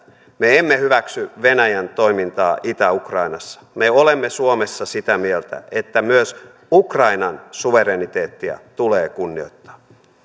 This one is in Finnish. me emme hyväksy venäjän toimintaa itä ukrainassa me olemme suomessa sitä mieltä että myös ukrainan suvereniteettia tulee kunnioittaa